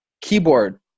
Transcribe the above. keyboard